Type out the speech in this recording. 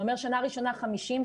זה אומר בשנה ראשונה 50 מיליון,